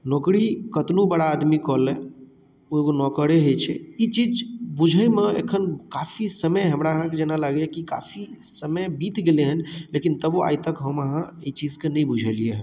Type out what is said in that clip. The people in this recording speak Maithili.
नौकरी कतनु बड़ा आदमी कऽ लै ओ एगो नौकरे हय छै ई चीज बुझैमे एखन काफी समय हमरा अहाँकेँ जेना लागैए कि काफी समय बीत गेलैया लेकिन तबो आइ तक हम अहाँ एहि चीज कऽ नहि बुझलियै हँ